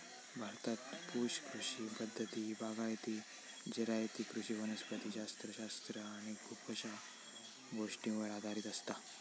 भारतात पुश कृषी पद्धती ही बागायती, जिरायती कृषी वनस्पति शास्त्र शास्त्र आणि खुपशा गोष्टींवर आधारित असता